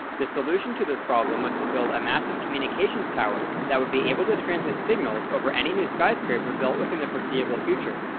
the solution to this problem was to build a massive communications tower that would be able to transmit signals over any new skyscraper built within the foreseeable future.